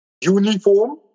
uniform